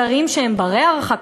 זרים שהם בני-הרחקה,